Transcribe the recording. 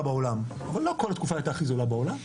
בעולם אבל לא כל התקופה היא הייתה הכי זולה בעולם,